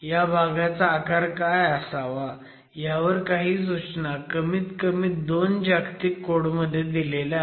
ह्या भागाचा आकार काय असावा ह्यावर काही सूचना कमीत कमी दोन जागतिक कोड मध्ये दिलेल्या आहेत